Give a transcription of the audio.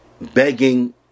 begging